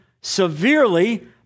severely